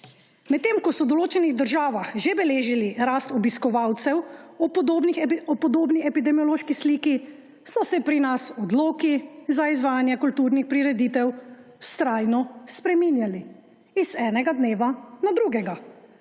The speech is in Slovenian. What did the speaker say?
Medtem ko so v določenih državah že beležili rast obiskovalcev ob podobni epidemiološki sliki, so se pri nas odloki za izvajanje kulturnih prireditev vztrajno spreminjali z enega dne na drugega.